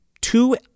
two